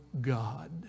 God